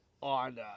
on